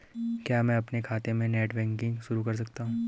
क्या मैं अपने खाते में नेट बैंकिंग शुरू कर सकता हूँ?